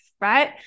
right